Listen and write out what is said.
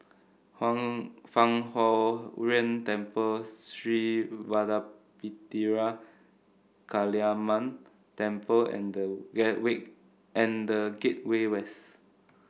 Fang Huo Yuan Temple Sri Vadapathira Kaliamman Temple and the Gateway and The Gateway West